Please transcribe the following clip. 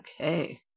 Okay